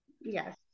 Yes